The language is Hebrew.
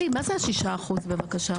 מה זה ה-6%, בבקשה?